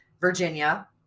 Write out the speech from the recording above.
Virginia